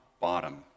bottom